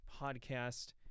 podcast